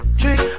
trick